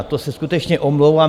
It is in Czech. To se skutečně omlouvám.